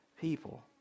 people